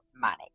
money